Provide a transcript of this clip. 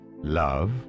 love